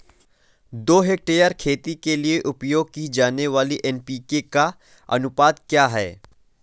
दो हेक्टेयर खेती के लिए उपयोग की जाने वाली एन.पी.के का अनुपात क्या है?